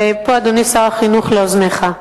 ופה אדוני שר החינוך, לאוזניך.